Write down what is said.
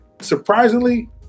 surprisingly